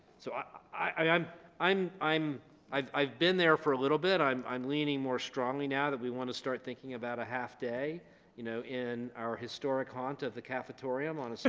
so i i'm i'm i'm i've i've been there for a little bit i'm i'm leaning more strongly now that we want to start thinking about a half-day you know in our historic haunt of the cafetorium on a so